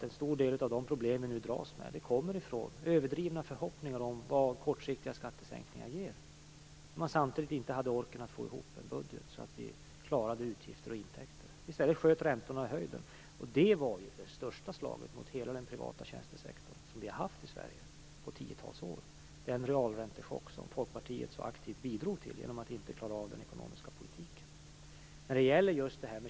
En stor del av de problem vi nu dras med kommer från överdrivna förhoppningar om vad kortsiktiga skattesänkningar ger, samtidigt som man inte hade orken att få ihop en budget så att vi klarade utgifter och intäkter. I stället sköt räntorna i höjden, och den realräntechock som Folkpartiet så aktivt bidrog till genom att inte klara av den ekonomiska politiken var det största slag mot hela den privata tjänstesektorn som vi har haft i Sverige på tiotals år.